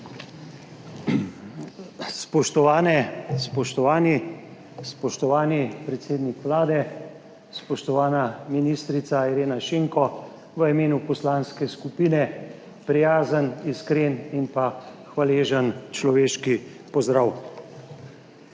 Spoštovani predsednik Vlade, spoštovana ministrica Irena Šinko v imenu poslanske skupine, prijazen, iskren in pa hvaležen človeški pozdrav!